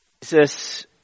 Jesus